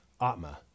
Atma